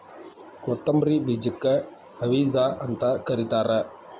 ಕೊತ್ತಂಬ್ರಿ ಬೇಜಕ್ಕ ಹವಿಜಾ ಅಂತ ಕರಿತಾರ